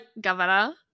Governor